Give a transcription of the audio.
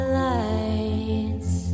lights